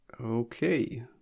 Okay